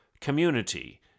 community